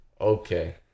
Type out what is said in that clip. Okay